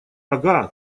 ага